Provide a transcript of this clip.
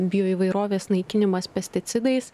bioįvairovės naikinimas pesticidais